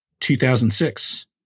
2006